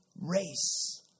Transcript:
race